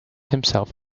himself